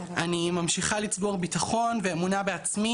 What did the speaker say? אני ממשיכה לצבור ביטחון ואמונה בעצמי